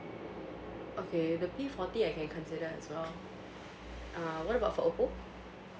okay the P forty I can consider as well uh what about for oppo